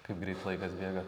kaip greit laikas bėga